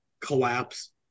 collapse